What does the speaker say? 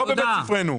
לא בבית ספרנו.